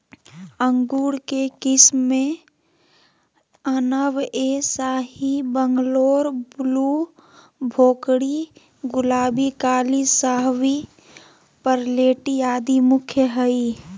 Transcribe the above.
अंगूर के किस्म मे अनब ए शाही, बंगलोर ब्लू, भोकरी, गुलाबी, काली शाहवी, परलेटी आदि मुख्य हई